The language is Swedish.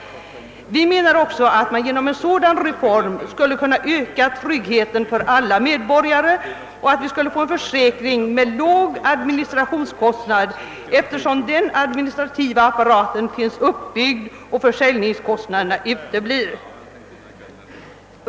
Vi menar också att man genom en sådan reform skulle kunna öka tryggheten för alla medborgare och att man skulle kunna få en försäkring med låg admi nistrationskostnad, eftersom den administrativa apparaten redan finns uppbyggd och där försäljningskostnaderna uteblir.